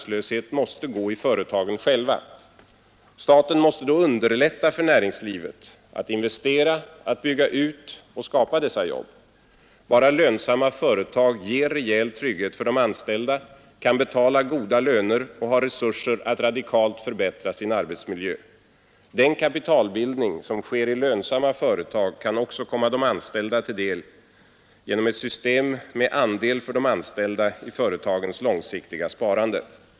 Den dåliga investeringsviljan är inte enbart en konjunkturfråga. Dämpningen av den offentliga sektorns tillväxt liksom av byggnadsverksamheten är heller inte enbart konjunkturbetingad. Flertalet av de många ungdomar som i dag går arbetslösa är utbildade för andra yrkesområden än de som närmast kan förväntas öka sin efterfrågan på arbetskraft. Jag har i annat sammanhang presenterat och närmare utvecklat fem punkter utöver vad som redan vidtagits för att motverka ungdomsarbetslösheten: 1. Höj inte löneskatten. Inför allmän sys Förstärk och förbättra arbetsförmedlingarna. Skapa fler praktikplatser — inte minst inom den offentliga sektorn . Stärk kontakten mellan utbildning och förvärvsarbete.